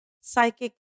psychic